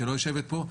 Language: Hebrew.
שלא יושבת פה,